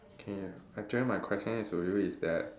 okay actually my question to you is that